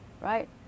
right